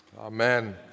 Amen